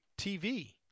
TV